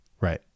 Right